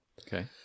Okay